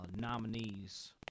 nominees